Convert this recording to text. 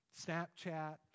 Snapchat